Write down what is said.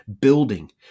building